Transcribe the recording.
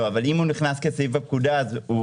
אם הוא נכנס כסעיף בתוך הפקודה אז הוא